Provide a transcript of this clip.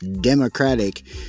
Democratic